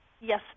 Yes